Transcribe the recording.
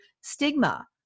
stigma